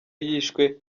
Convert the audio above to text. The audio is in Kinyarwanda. yishwe